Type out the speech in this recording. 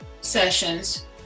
sessions